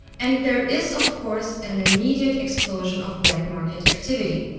and there is of course an immediate explosion of black market activity.